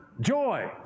joy